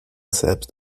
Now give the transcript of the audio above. selbst